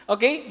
Okay